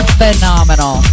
phenomenal